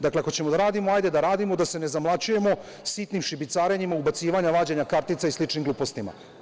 Dakle, ako ćemo da radimo hajde da radimo, da se ne zamlaćujemo sitnim šibicarenjem, ubacivanja, vađenja kartica i sličnim glupostima.